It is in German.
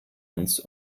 uns